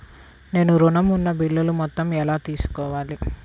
నేను ఋణం ఉన్న బిల్లు మొత్తం ఎలా తెలుసుకోవాలి?